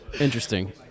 Interesting